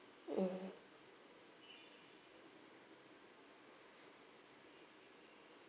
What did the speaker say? mm